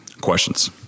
Questions